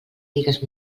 digues